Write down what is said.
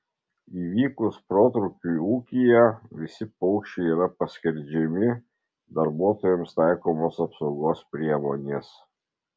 įvykus protrūkiui ūkyje visi paukščiai yra paskerdžiami darbuotojams taikomos apsaugos priemonės